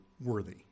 worthy